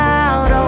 out